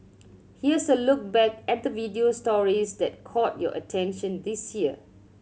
here's a look back at the video stories that caught your attention this year